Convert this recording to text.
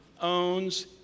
owns